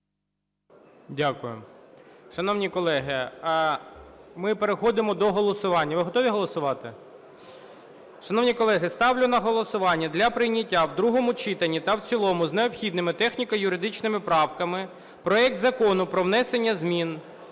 Дякую. Шановні колеги, ми переходимо до голосування. Ви готові голосувати? Шановні колеги, ставлю на голосування для прийняття в другому читанні та в цілому з необхідними техніко-юридичними правками проект Закону про внесення змін